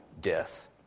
death